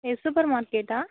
இது சூப்பர் மார்க்கெட்டா